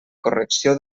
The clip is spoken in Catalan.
correcció